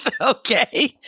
Okay